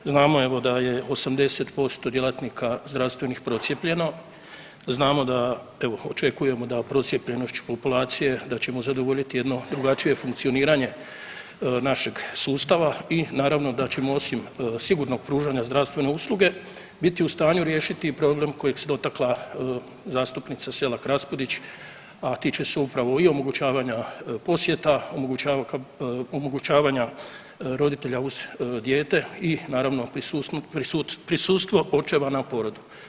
Znamo evo da je 80% djelatnika zdravstvenih procijepljeno znamo da evo očekujemo da o procijepljenošću populacije da ćemo zadovoljiti jedno drugačije funkcioniranje našeg sustava i naravno da ćemo osim sigurnog pružanja zdravstvene usluge biti u stanju riješiti i problem kojeg se dotakla zastupnica SElak Raspudić, a tiče se upravo i omogućavanja posjeta, omogućavanja roditelja uz dijete i naravno prisustvo očeva na porodu.